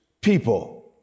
people